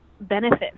benefit